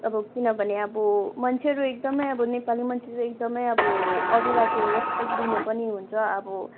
अब किनभने अब मान्छेहरू एकदमै अब नेपाली मान्छे एकदमै अब अरूलाई त्यो रेस्पेक्ट दिने पनि हुन्छ अब